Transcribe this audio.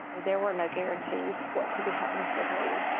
there were no guarantees what could be happening to the baby.